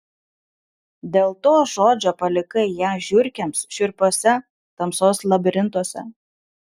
dėl to žodžio palikai ją žiurkėms šiurpiuose tamsos labirintuose